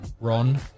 Ron